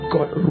God